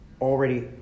already